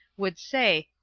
would say,